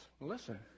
Listen